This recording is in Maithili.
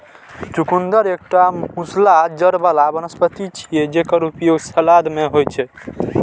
चुकंदर एकटा मूसला जड़ बला वनस्पति छियै, जेकर उपयोग सलाद मे होइ छै